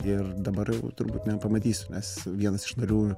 ir dabar jau turbūt nepamatysiu mes vienas iš narių